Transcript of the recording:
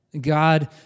God